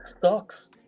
sucks